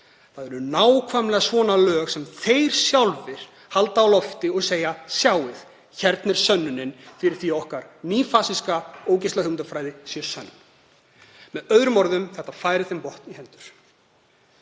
Það eru nákvæmlega svona lög sem þeir halda á lofti og segja: Sjáið, hérna er sönnunin fyrir því að okkar nýfasíska, ógeðslega hugmyndafræði er sönn. Með öðrum orðum: Þetta færir þeim vopn í hendur.